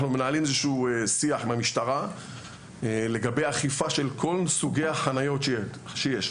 אנחנו מנהלים איזשהו שיח עם המשטרה לגבי אכיפה של כל סוגי החניות שיש.